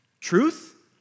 truth